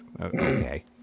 Okay